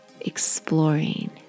exploring